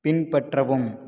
பின்பற்றவும்